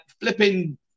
flipping